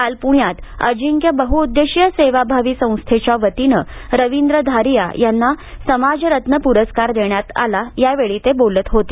काल पुण्यात अजिंक्य बहुउद्देशीय सेवाभावी संस्थेच्या वतीनं रवींद्र धारिया यांना समाजरत्न पुरस्कार देण्यात आला यावेळी ते बोलत होते